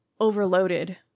overloaded